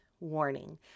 warning